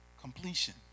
Completion